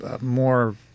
more